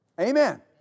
Amen